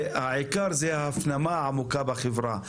והעיקר זו ההפנמה העמוקה בחברה,